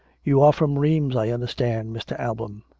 you are from rheims, i understand, mr. alban.